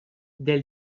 del